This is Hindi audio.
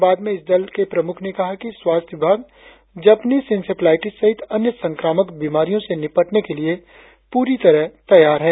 बाद में इस दल के प्रमुख ने कहा कि स्वास्थ्य विभाग जपनिस इन्सेफ्लाईटीस सहित अन्य संक्रामक बीमारियों से निपटने के लिए पूरी तरह तैयार है